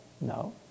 No